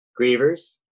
grievers